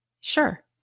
sure